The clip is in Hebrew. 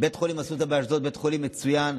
בית חולים אסותא באשדוד הוא בית חולים מצוין,